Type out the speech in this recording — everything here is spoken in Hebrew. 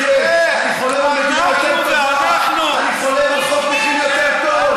אני חולם, כן, אני חולם על מדינה יותר טובה.